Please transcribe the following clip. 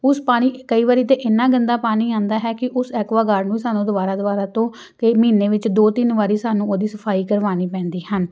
ਉਸ ਪਾਣੀ ਕਈ ਵਾਰੀ ਤਾਂ ਇੰਨਾ ਗੰਦਾ ਪਾਣੀ ਆਉਂਦਾ ਹੈ ਕਿ ਉਸ ਐਕਵਾਗਾਰਡ ਨੂੰ ਸਾਨੂੰ ਦੁਬਾਰਾ ਦੁਬਾਰਾ ਤੋਂ ਕਈ ਮਹੀਨੇ ਵਿੱਚ ਦੋ ਦਿਨ ਵਾਰੀ ਸਾਨੂੰ ਉਹਦੀ ਸਫ਼ਾਈ ਕਰਵਾਉਣੀ ਪੈਂਦੀ ਹਨ